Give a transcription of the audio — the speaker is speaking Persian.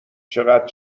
چقد